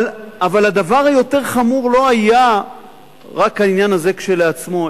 אבל הדבר היותר חמור לא היה רק העניין הזה כשלעצמו,